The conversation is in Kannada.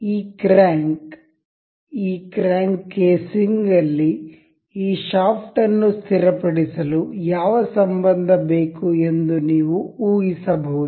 ಈ ಕ್ರ್ಯಾಂಕ್ ಈ ಕ್ರ್ಯಾಂಕ್ ಕೇಸಿಂಗ್ ಅಲ್ಲಿ ಈ ಶಾಫ್ಟ್ ಅನ್ನು ಸ್ಥಿರಪಡಿಸಲು ಯಾವ ಸಂಬಂಧ ಬೇಕು ಎಂದು ನೀವು ಊಹಿಸಬಹುದು